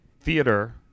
theater